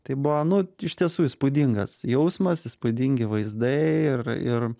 tai buvo nu iš tiesų įspūdingas jausmas įspūdingi vaizdai ir ir